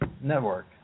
network